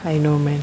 I know man